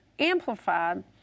Amplified